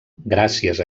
gràcies